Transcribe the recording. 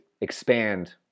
expand